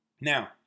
Now